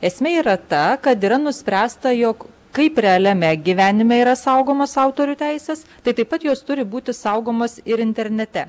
esmė yra ta kad yra nuspręsta jog kaip realiame gyvenime yra saugomos autorių teisės tai taip pat jos turi būti saugomos ir internete